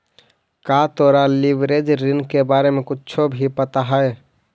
का तोरा लिवरेज ऋण के बारे में कुछो भी पता हवऽ?